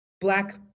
black